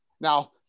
Now